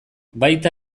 baita